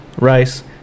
rice